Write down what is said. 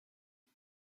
dit